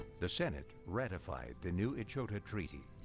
the senate ratified the new echota treaty.